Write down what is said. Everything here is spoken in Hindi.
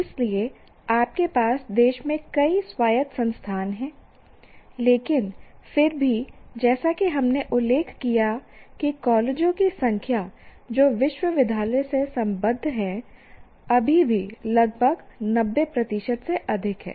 इसलिए आपके पास देश में कई स्वायत्त संस्थान हैं लेकिन फिर भी जैसा कि हमने उल्लेख किया कि कॉलेजों की संख्या जो विश्वविद्यालय से संबद्ध हैं अभी भी लगभग 90 प्रतिशत से अधिक हैं